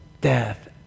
death